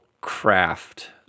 craft